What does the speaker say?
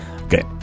Okay